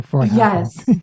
Yes